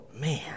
man